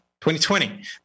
2020